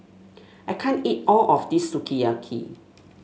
I can't eat all of this Sukiyaki